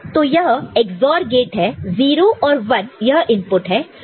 तो यह XOR gate है 0 और 1 यह इनपुट है